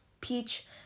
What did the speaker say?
peach